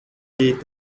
geht